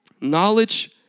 Knowledge